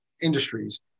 industries